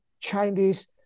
Chinese